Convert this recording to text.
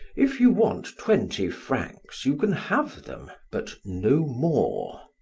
if you want twenty francs you can have them, but no more.